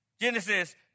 Genesis